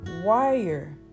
wire